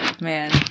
man